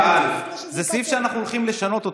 למשל הסעיף של 7א זה סעיף שאנחנו הולכים לשנות אותו.